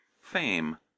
fame